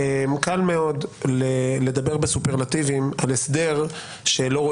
כולל להפיץ את ההסדר ל-72 שעות.